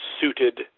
suited